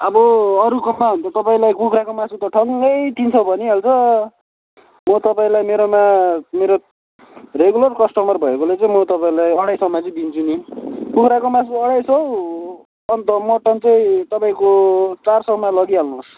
अब अरूकोमा हो भने त तपाईँलाई कुखुराको मासु त ठङ्गै तिन सय भनिहाल्छ म तपाईँलाई मेरोमा मेरो रेगुलर कस्टमर भएकोले चाहिँ म तपाईँलाई अढाई सयमा चाहिँ दिन्छु नि कुखुराको मासु अढाई सय अन्त मटन चाहिँ तपाईँको चार सयमा लगिहाल्नुहोस्